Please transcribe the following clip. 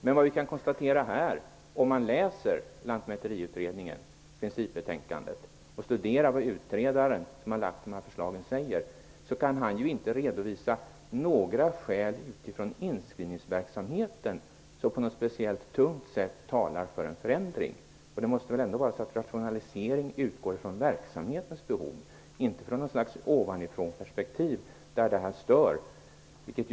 Men om man läser Lantmäteri och inskrivningsutredningens principbetänkande och studerar vad den som lagt fram utredningens förslag skriver, finner man att denne inte kan redovisa några skäl utifrån inskrivningsverksamheten vilka på något speciellt tungt sätt talar för en förändring. En rationalisering måste väl utgå från verksamhetens behov och skall inte grundas på något som är störande i ett slags ovanifrånperspektiv.